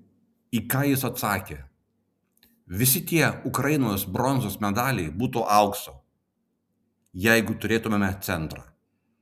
į ką jis atsakė visi tie ukrainos bronzos medaliai būtų aukso jeigu turėtumėme centrą